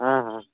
ᱦᱮᱸ ᱦᱮᱸ